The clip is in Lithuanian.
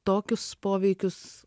tokius poveikius